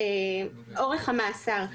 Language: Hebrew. לגבי אורך המאסר.